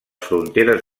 fronteres